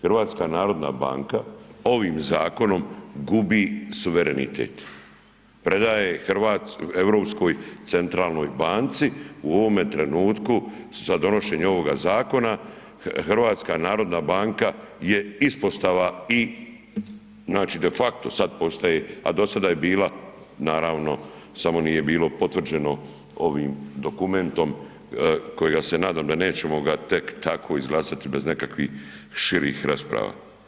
HNB ovim zakonom gubi suverenitet, predaje Europskoj centralnoj banci u ovome trenutku, sad donošenje ovoga zakona HNB je ispostava i de facto sad postaje, a do sada je bila naravno samo nije bilo potvrđeno ovim dokumentom kojega se nadam da nećemo ga tek tako izglasati bez nekakvih širih rasprava.